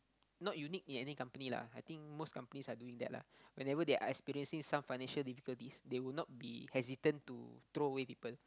not unique to any company lah I think most company are doing that lah whenever they are experiencing some financial difficulties they would not be hesitant to throw away people